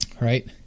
right